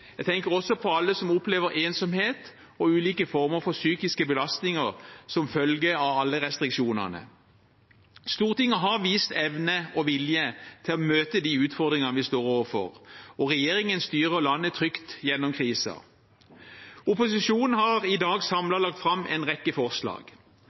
Jeg tenker også på alle som opplever ensomhet og ulike former for psykisk belastning som følge av alle restriksjonene. Stortinget har vist evne og vilje til å møte de utfordringene vi står overfor. Regjeringen styrer landet trygt gjennom krisen. Opposisjonen har i dag